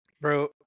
bro